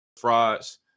frauds